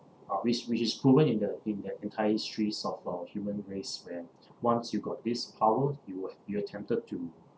uh which which is proven in the in the entire histories of uh human race where once you got this power you will you will tempted to